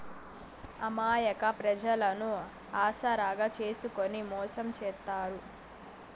అమాయక ప్రజలను ఆసరాగా చేసుకుని మోసం చేత్తారు